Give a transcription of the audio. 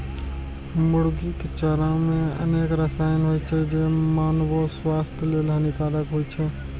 मुर्गीक चारा मे अनेक रसायन होइ छै, जे मानवो स्वास्थ्य लेल हानिकारक होइ छै